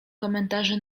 komentarze